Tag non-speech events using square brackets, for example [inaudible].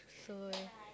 so [noise]